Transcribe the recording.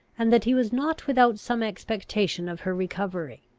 and that he was not without some expectation of her recovery.